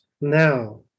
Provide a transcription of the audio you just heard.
now